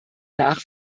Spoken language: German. nach